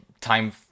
time